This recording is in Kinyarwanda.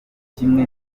kimwe